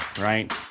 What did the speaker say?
right